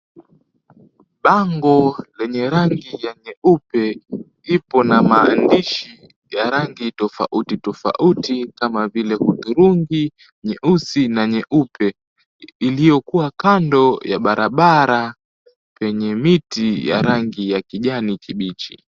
Bango lenye rangi ya nyeupe, ipo na maandishi ya rangi tofauti tofauti kama vile hudhurungi, nyeusi na nyeupe, iliyokuwa kando ya barabara yenye miti ya rangi ya kijani kibichi.